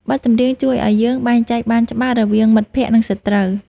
បទចម្រៀងជួយឱ្យយើងបែងចែកបានច្បាស់ រវាងមិត្តភក្តិ និងសត្រូវ។